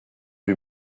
rue